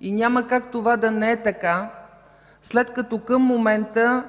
Няма как това да не е така, след като към момента